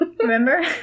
remember